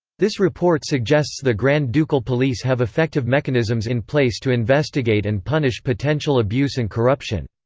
this report suggests the grand ducal police have effective mechanisms in place to investigate and punish potential abuse and corruption.